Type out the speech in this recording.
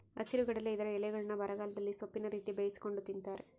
ಹಸಿರುಗಡಲೆ ಇದರ ಎಲೆಗಳ್ನ್ನು ಬರಗಾಲದಲ್ಲಿ ಸೊಪ್ಪಿನ ರೀತಿ ಬೇಯಿಸಿಕೊಂಡು ತಿಂತಾರೆ